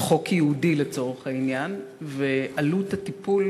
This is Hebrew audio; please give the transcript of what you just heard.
חוק ייעודי לצורך העניין ועלות הטיפול